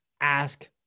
Ask